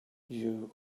you